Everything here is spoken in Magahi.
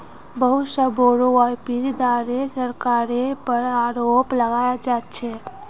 बहुत स बोरो व्यापीरीर द्वारे सरकारेर पर आरोप लगाल जा छेक